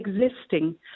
existing